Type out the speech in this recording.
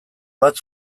bat